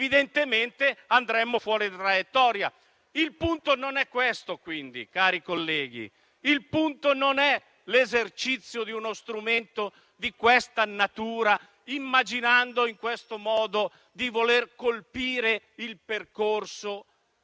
evidentemente andremmo fuori traiettoria. Il punto, quindi, non è questo cari colleghi. Il punto non è l'esercizio di uno strumento di questa natura immaginando in questo modo di voler colpire il percorso